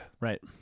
Right